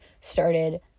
started